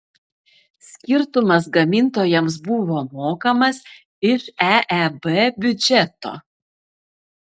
skirtumas gamintojams buvo mokamas iš eeb biudžeto